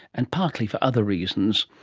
and partly for other reasons.